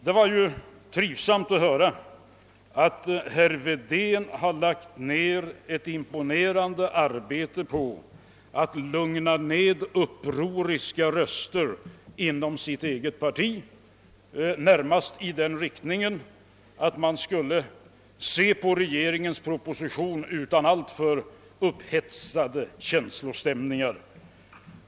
Det var trivsamt att höra att herr Wedén har lagt ned ett imponerande arbete på att dämpa upproriska röster inom sitt eget parti — närmast i den riktningen att man skulle se på regeringens proposition utan alltför stor upphetsning.